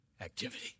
activity